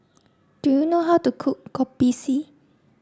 do you know how to cook Kopi C